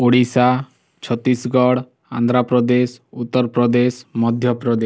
Odisha Chhattisgarh Andhra Pradesh Uttar Pradesh Madhya Pradesh